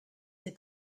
est